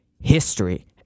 history